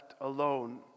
alone